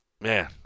man